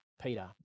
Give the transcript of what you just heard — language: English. Peter